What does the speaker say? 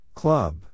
club